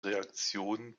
reaktionen